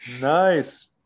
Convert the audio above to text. Nice